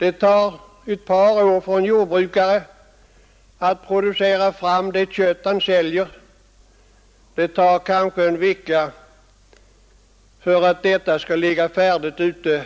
Det tar ett par år för en jordbrukare att producera det kött han säljer, det tar kanske en vecka för att det sedan skall ligga färdigt ute